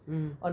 mm